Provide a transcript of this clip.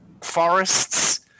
forests